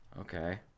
Okay